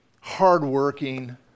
hardworking